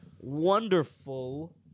wonderful